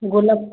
ଗୋଲାପ